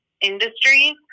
industries